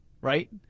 right